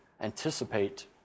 anticipate